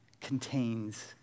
contains